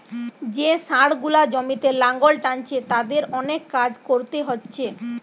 যে ষাঁড় গুলা জমিতে লাঙ্গল টানছে তাদের অনেক কাজ কোরতে হচ্ছে